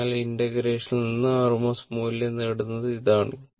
അതിനാൽ ഈഇന്റഗ്രേഷനിൽ നിന്ന് RMS മൂല്യം നേടുന്നത് ഇതാണ്